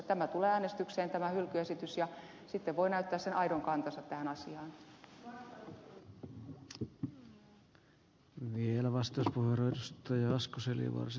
tämä hylkyesitys tulee äänestykseen ja sitten voi näyttää sen aidon kantansa tähän asiaan